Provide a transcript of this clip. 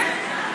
כן.